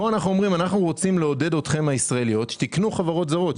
כאן אנחנו אומרים שאנחנו רוצים לעודד אתכם הישראליות שתקנו חברות זרות.